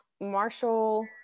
Marshall –